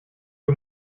que